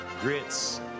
grits